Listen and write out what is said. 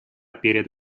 перед